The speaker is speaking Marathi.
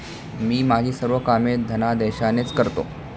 मी माझी सर्व कामे धनादेशानेच करतो